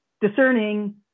discerning